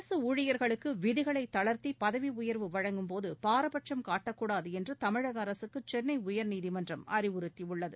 அரசு ஊழியர்களுக்கு விதிகளை தளர்த்தி பதவி உயர்வு வழங்கும்போது பாரபட்சும் காட்டக்கூடாது என்று தமிழக அரசுக்கு சென்னை உயர்நீதிமன்றம் அறிவுறுத்தியுள்ளது